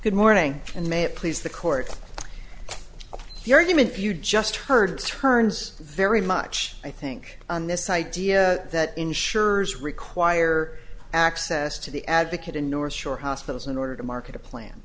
good morning and may it please the court the argument if you just heard turns very much i think on this idea that insurers require access to the advocate in north shore hospital in order to market a plan